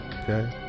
okay